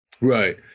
Right